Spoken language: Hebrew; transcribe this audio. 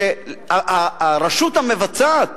הרשות המבצעת